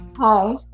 hi